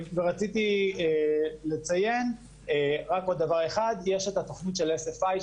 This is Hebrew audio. רציתי לציין רק עוד דבר אחד יש את התוכנית של SFI,